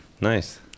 nice